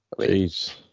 Jeez